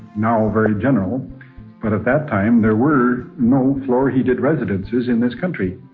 now very general, but at that time there were no floor heated residences in this country.